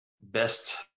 best